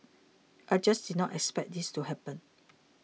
I just did not expect this to happen